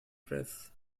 press